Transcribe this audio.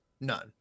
none